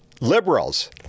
liberals